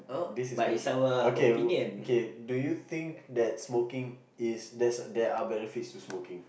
this is kinda okay okay do you think that smoking is there's there are benefits to smoking